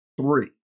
three